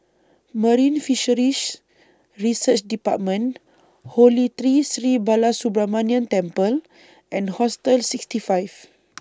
Marine Fisheries Research department Holy Tree Sri Balasubramaniar Temple and Hostel sixty five